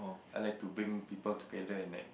I like to bring people together and like